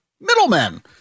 middlemen